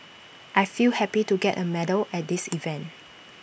I feel happy to get A medal at this event